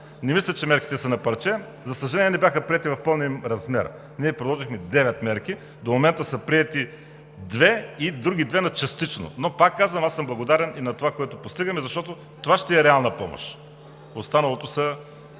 Не мисля, че мерките са на парче. За съжаление, не бяха приети в пълния им размер. Ние предложихме девет мерки – до момента са приети две и други две, но частично. Пак казвам, аз съм благодарен и на онова, което постигаме, защото това ще е реална помощ (председателят дава